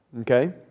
Okay